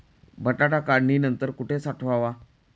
बटाटा काढणी नंतर कुठे साठवावा?